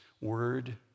Word